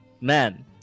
Man